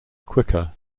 quicker